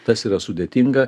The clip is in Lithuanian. tas yra sudėtinga